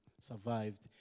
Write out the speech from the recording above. survived